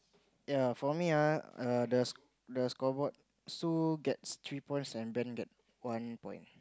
ya for me ah the the scoreboard Sue gets three points and Ben get one point